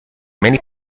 many